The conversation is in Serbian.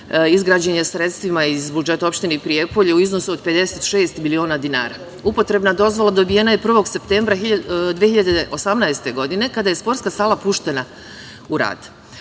izgrađen je sredstvima iz budžeta opštine Prijepolje u iznosu od 56 miliona dinara. Upotrebna dozvola dobijena je 1. septembra 2018. godine kada je sportska sala puštena u